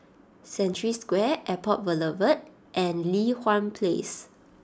Century Square Airport Boulevard and Li Hwan Place